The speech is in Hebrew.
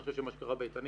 אני חושב שמה שקרה באיתנים